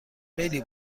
خیلی